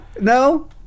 No